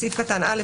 בסעיף קטן (א),